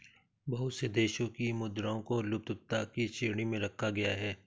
बहुत से देशों की मुद्राओं को लुप्तता की श्रेणी में रखा गया है